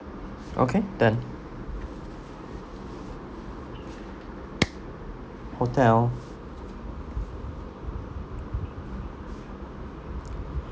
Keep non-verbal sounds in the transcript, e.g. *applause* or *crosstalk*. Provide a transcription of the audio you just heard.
okay then *noise* hotel